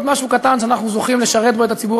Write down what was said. עוד משהו קטן שאנחנו כאן בכנסת זוכים לשרת בו את הציבור